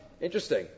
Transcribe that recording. Interesting